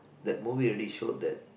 that movie already showed that